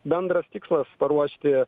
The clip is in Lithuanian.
bendras tikslas paruošti